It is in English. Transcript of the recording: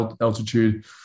altitude